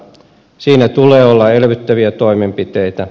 siinä tulee olla elvyttäviä toimenpiteitä